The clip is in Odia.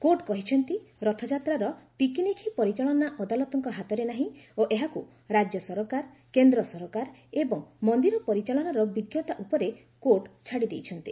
କୋର୍ଟ କହିଛନ୍ତି ରଥଯାତ୍ରାର ଟିକିନିଖି ପରିଚାଳନା ଅଦାଲତଙ୍କ ହାତରେ ନାହିଁ ଓ ଏହାକୁ ରାଜ୍ୟ ସରକାର କେନ୍ଦ୍ର ସରକାର ଏବଂ ମନ୍ଦିର ପରିଚାଳନାର ବିଞ୍ଜତା ଉପରେ କୋର୍ଟ ଛାଡ଼ିଦେଇଛନ୍ତି